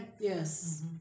Yes